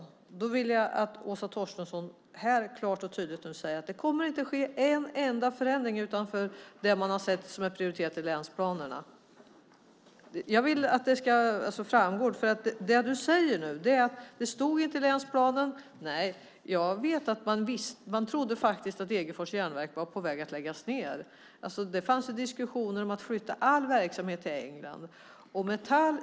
I så fall vill jag att Åsa Torstensson här och nu klart och tydligt säger att det inte kommer att ske en enda förändring i det som prioriterats i länsplanerna. Jag vill att det ska framgå tydligt. Det Åsa Torstensson nu säger är att det inte stod i länsplanen. Nej, det var för att man trodde att Degerfors järnverk var på väg att läggas ned. Det fanns diskussioner om att flytta all verksamhet till England.